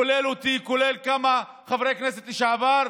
כולל אני, כולל כמה חברי כנסת לשעבר,